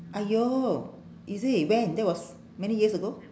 !aiyo! is it when that was many years ago